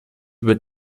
über